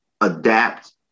adapt